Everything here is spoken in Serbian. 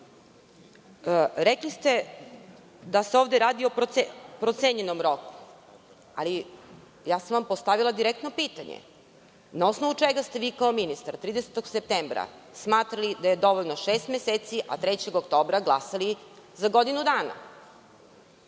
EPS.Rekli ste da se ovde radi o procenjenom roku, ali ja sam vam postavila direktno pitanje – na osnovu čega ste vi kao ministar 30. septembra smatrali da je dovoljno šest meseci, a 3. oktobra glasali za godinu dana?